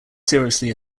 seriously